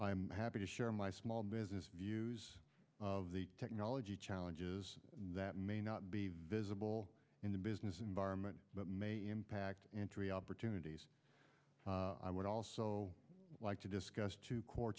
i'm happy to share my small business views of the technology challenges that may not be visible in the business environment but may impact in three opportunities i would also like to discuss to court